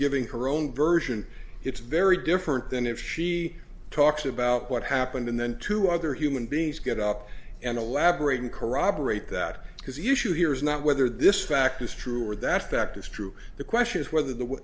giving her own version it's very different than if she talks about what happened and then two other human beings get up and elaborate and corroborate that because the issue here is not whether this fact is true or that's fact is true the question is whether the